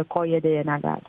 ko jie deja negali